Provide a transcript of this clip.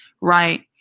right